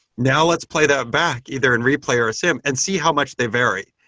now let's play that back either in replay or a sim and see how much they vary.